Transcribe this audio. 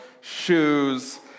shoes